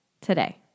Today